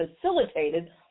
facilitated